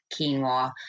quinoa